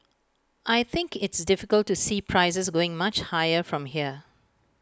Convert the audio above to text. I think it's difficult to see prices going much higher from here